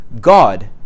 God